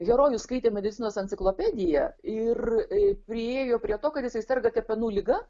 herojus skaitė medicinos enciklopediją ir priėjo prie to kad jisai serga kepenų liga